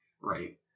Right